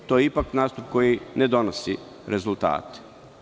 To je ipak nastup koji ne donosi rezulate.